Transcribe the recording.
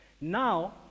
Now